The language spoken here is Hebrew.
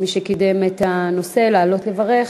שקידם את הנושא, לעלות ולברך.